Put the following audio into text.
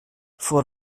voor